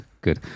Good